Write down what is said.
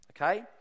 okay